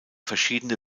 verschiedene